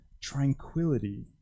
tranquility